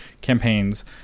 campaigns